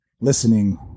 listening